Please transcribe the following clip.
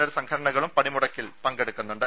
L സംഘടനകളും പണിമുടക്കിൽ പങ്കെടുക്കുന്നുണ്ട്